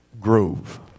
grove